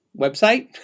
website